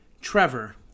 Trevor